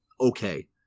okay